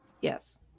yes